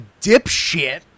dipshit